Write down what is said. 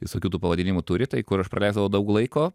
visokių tų pavadinimų turi tai kur aš praleidau daug laiko